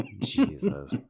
Jesus